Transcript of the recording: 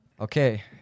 Okay